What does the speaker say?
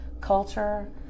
culture